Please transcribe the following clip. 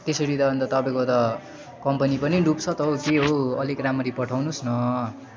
त्यसरी त अन्त तपाईँको त कम्पनी पनि डुब्छ त हौ के हौ अलिक राम्ररी पठाउनुहोस् न